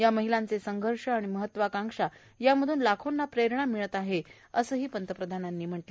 या महिलांचे संघर्ष आणि महत्वाकांक्षा यांमधून लाखोंना प्रेरणा मिळत आहे असं पंतप्रधान मोदी म्हणाले